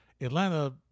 Atlanta